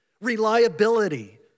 reliability